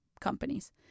companies